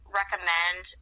recommend